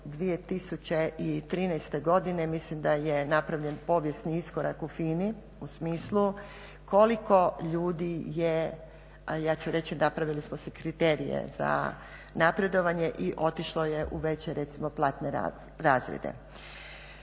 2013.godine mislim da je napravljen povijesni iskorak u FINA-i u smislu koliko ljudi je a ja ću reći napravili smo si kriterije za napredovanje i otišlo je veće platne razrede.